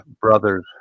Brothers